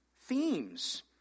themes